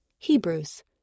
Hebrews